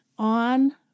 on